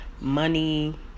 Money